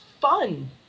fun